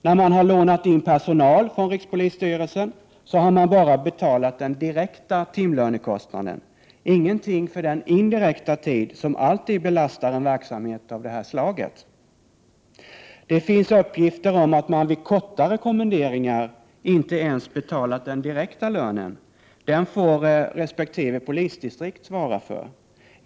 När RPS-konsult har lånat in personal från rikspolisstyrelsen har man bara betalat den direkta timlönekostnaden, ingenting för den indirekta tid som alltid belastar en verksamhet av detta slag. Det finns uppgifter om att man vid kortare kommenderingar inte ens betalar den direkta lönen. Den får resp. polisdistrikt svara för.